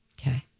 Okay